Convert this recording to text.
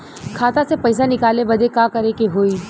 खाता से पैसा निकाले बदे का करे के होई?